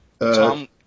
Tom